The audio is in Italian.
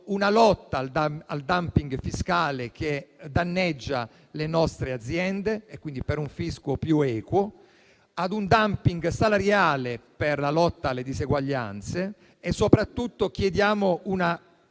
una lotta al *dumping* fiscale che danneggia le nostre aziende (quindi per un fisco più equo), ad un *dumping* salariale per la lotta alle diseguaglianze. Soprattutto chiediamo una